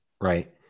right